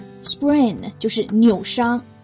sprain就是扭伤。